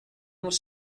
was